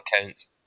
accounts